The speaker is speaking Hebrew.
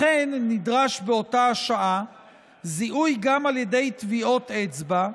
לכן נדרש באותה השעה זיהוי גם על ידי טביעות אצבע.